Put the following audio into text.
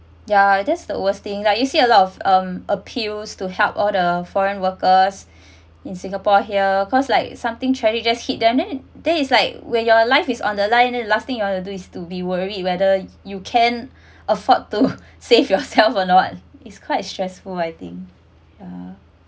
ya that's the worst thing like you see a lot of um appeals to help all the foreign workers in singapore here cause like something challenges hit then it there is like where your life is on the line the last thing you want to do is to be worried whether you can afford to save yourself or not it's quite stressful I think ya